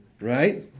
right